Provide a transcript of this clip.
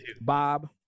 Bob